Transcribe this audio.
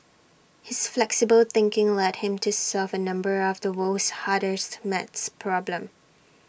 his flexible thinking led him to solve A number of the world's hardest math problems